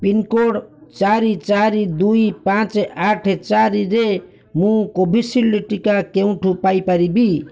pin code ଚାରି ଚାରି ଦୁଇ ପାଞ୍ଚ ଆଠ ଚାରିରେ ମୁଁ କୋଭିସିଲ୍ଡ ଟିକା କେଉଁଠୁ ପାଇପାରିବି